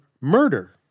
murder